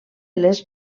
les